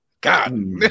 God